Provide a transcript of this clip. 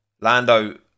Lando